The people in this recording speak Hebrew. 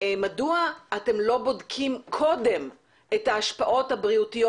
מדוע אתם לא בודקים קודם את ההשפעות הבריאותיות